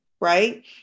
right